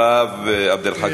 אחריו, עבד אל חכים